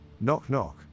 Knock-knock